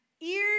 ears